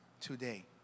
today